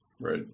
right